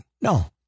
No